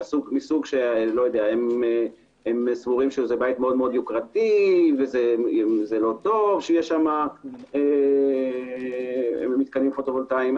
הם סבורים שזה בית מאוד יוקרתי ולא טוב שיש שם מתקנים פוטו וולטאיים,